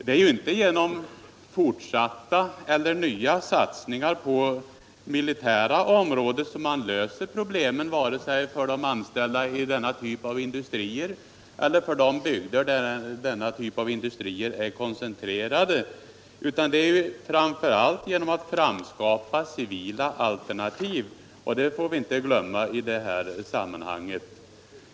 Det är ju inte genom fortsatta eller nya satsningar på det militära området som man löser problemen vare sig för de anställda i denna typ av industrier eller för de bygder där denna typ av industrier är koncentrerade, utan det är framför allt genom att framskapa civila alternativ.